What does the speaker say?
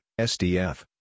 SDF